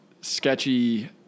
sketchy